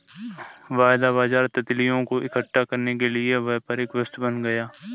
वायदा बाजार तितलियों को इकट्ठा करने के लिए व्यापारिक वस्तु बन गया